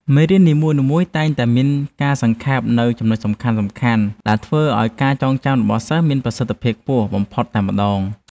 មេរៀននីមួយៗតែងតែមានការសង្ខេបនូវចំណុចសំខាន់ៗដែលធ្វើឱ្យការចងចាំរបស់សិស្សមានប្រសិទ្ធភាពខ្ពស់បំផុតតែម្តង។